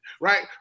right